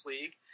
League